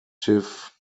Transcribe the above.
positions